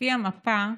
לפי המפה,